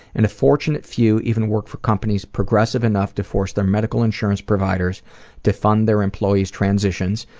and a fortunate few even work for companies progressive enough to force their medical insurance providers to fund their employees' transitions,